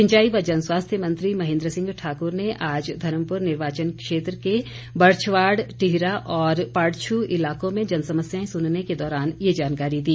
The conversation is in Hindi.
सिंचाई व जनस्वास्थ्य मंत्री महेन्द्र सिंह ठाकुर ने आज धर्मपुर निर्वाचन क्षेत्र के बरच्छवाड टिहरा और पाड्छू इलाकों में जनसमस्याएं सुनने के दौरान ये जानकारी दी